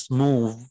move